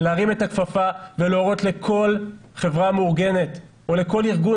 להרים את הכפפה ולהורות לכל חברה מאורגנת או לכל ארגון